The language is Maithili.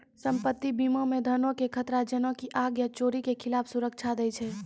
सम्पति बीमा मे धनो के खतरा जेना की आग या चोरी के खिलाफ सुरक्षा दै छै